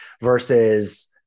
versus